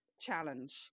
challenge